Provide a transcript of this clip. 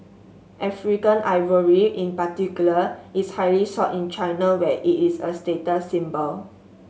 African ivory in particular is highly sought in China where it is a status symbol